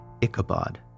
Ichabod